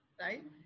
right